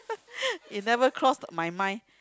is that word cross my mind